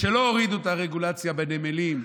לא הורידו את הרגולציה בנמלים,